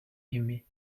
aimé